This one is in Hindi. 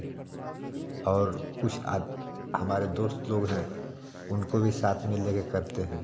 और कुछ आद हमारे दोस्त लोग हैं उनको भी साथ में ले कर करते हैं